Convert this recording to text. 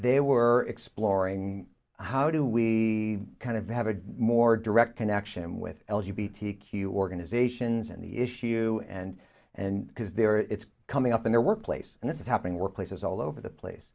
they were exploring how do we kind of have a more direct connection with l g b t q organizations in the issue and and because they're it's coming up in their workplace and it's happening workplaces all over the place